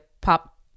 pop